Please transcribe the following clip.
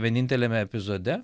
vieninteliame epizode